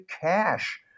cash